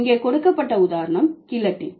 இங்கே கொடுக்கப்பட்ட உதாரணம் கில்லட்டின்